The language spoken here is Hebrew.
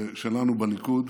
ושלנו בליכוד.